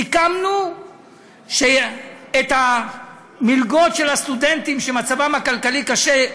סיכמנו שאת המלגות של הסטודנטים שמצבם הכלכלי קשה,